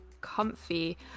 comfy